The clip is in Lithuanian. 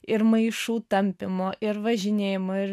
ir maišų tampymo ir važinėjimo ir